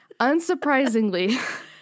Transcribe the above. Unsurprisingly